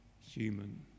human